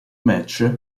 match